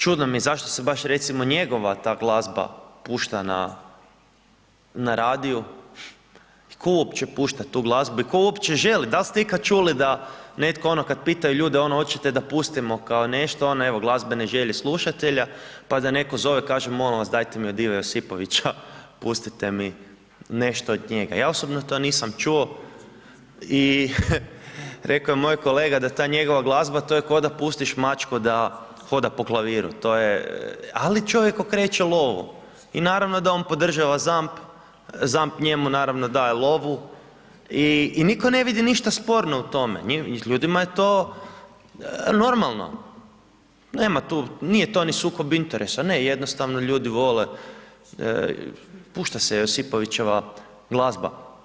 Čudno mi je zašto baš recimo njegova ta glazba pušta na radiju, tko uopće pušta tu glazbu i tko uopće želi, da li ste ikada čuli da netko ono kad pitaju ljude ono očete da pustimo kao nešto, ono evo glazbene želje slušatelja, pa da netko zove kaže molim vas dajte od Ive Josipovića pustite mi nešto od njega, ja osobno to nisam čuo i rekao je moj kolega da ta njegova glazba to je ko da pustiš mačku da hoda po klaviru, to je, ali čovjek okreće lovu i naravno da on podržava ZAMP, ZAMP njemu naravno daje lovu i nitko ne vidi ništa sporno u tome, ljudima je to normalno, nema tu, nije to ni sukob interesa, ne, jednostavno ljudi vole pušta se Josipovićeva glazba.